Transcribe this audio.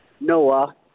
Noah